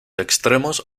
extremos